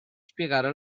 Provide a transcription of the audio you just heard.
spiegare